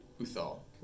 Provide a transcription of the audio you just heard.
Uthal